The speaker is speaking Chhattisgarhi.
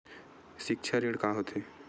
सिक्छा ऋण का होथे?